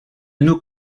nous